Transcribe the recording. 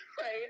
right